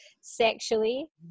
sexually